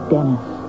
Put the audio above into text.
Dennis